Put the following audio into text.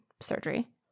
surgery